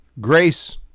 grace